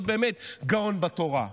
להיות באמת גאון בתורה.